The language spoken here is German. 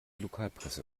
lokalpresse